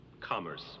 Commerce